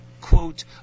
quote